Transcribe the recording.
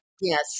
Yes